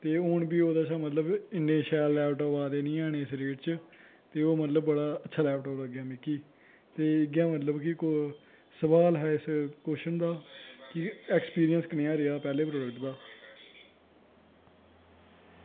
ते हून बी ओह्दै शा मतलव इन्ने शैल लैपटॉप आदे नी हैन इस रेट च ते ओह् मतलव बड़ा अच्छा लैपटॉप लग्गेआ मिगी ते इयै मतलव कि सबाल ऐ कव्शन दा कि अक्सपिरिंस कनेहा रेहा पैह्ले प्रोडक्ट दा